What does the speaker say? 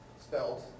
spelled